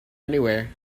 anywhere